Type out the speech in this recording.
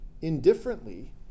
indifferently